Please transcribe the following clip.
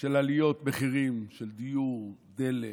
של עליות מחירים בדיור, בדלק,